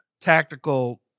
tactical